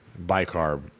bicarb